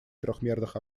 трёхмерных